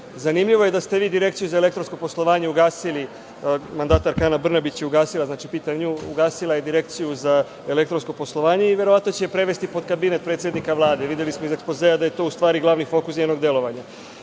Zanimljivo je da ste vi Direkciju za elektronsko poslovanje ugasili, mandatarka Ana Brnabić je ugasila, pitam nju, Direkciju za elektronsko poslovanje i verovatno će je prevesti pod kabinet predsednika Vlade. Videli smo iz ekspozea da je to, u stvari, glavni fokus njenog delovanja. Hteo